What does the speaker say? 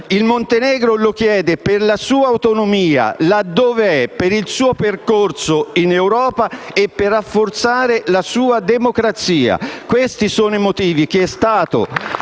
Il Montenegro lo chiede per la sua autonomia, per il suo percorso in Europa e per rafforzare la sua democrazia. Questi sono i motivi.